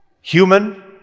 Human